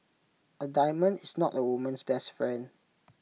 A diamond is not A woman's best friend